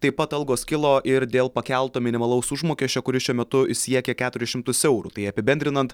taip pat algos kilo ir dėl pakelto minimalaus užmokesčio kuris šiuo metu siekia keturis šimtus eurų tai apibendrinant